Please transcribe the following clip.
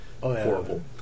horrible